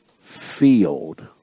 field